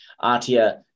Atia